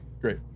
great